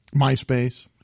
Myspace